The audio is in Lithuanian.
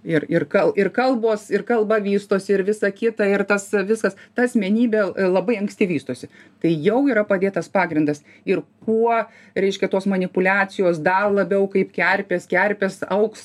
ir ir kal ir kalbos ir kalba vystosi ir visą kitą ir tas visas ta asmenybė labai anksti vystosi tai jau yra padėtas pagrindas ir kuo reiškia tos manipuliacijos dar labiau kaip kerpės kerpės augs